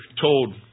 told